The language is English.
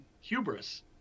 hubris